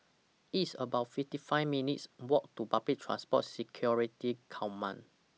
It's about fifty five minutes' Walk to Public Transport Security Command